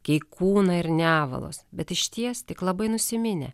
keikūnai ir nevalos bet išties tik labai nusiminę